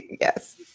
Yes